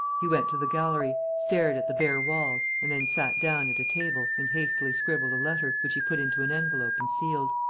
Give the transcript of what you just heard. he went to the gallery, stared at the bare walls and then sat down at a table and hastily scribbled a letter, which he put into an envelope and sealed.